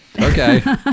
Okay